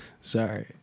Sorry